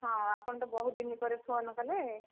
ହଁ ଆପଣ ତ ବହୁତ ଦିନ ପରେ ଫୋନ୍ କଲେ